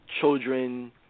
children